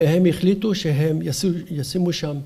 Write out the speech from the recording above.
‫הם החליטו שהם ישימו שם...